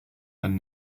and